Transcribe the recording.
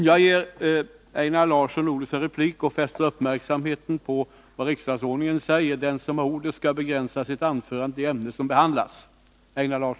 Jag fäster uppmärksamheten på vad riksdagsordningen säger om att den som har ordet skall begränsa sitt anförande till det ämne som behandlas.